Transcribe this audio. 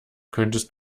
könntest